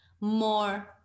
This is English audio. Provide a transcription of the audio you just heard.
more